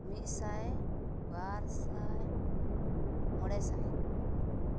ᱢᱤᱫ ᱥᱟᱭ ᱵᱟᱨ ᱥᱟᱭ ᱢᱚᱬᱮ ᱥᱟᱭ